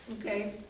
Okay